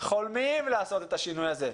שחולמים לעשות את השינוי הזה.